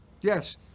Yes